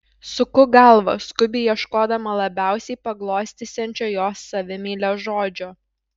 suku galvą skubiai ieškodama labiausiai paglostysiančio jos savimeilę žodžio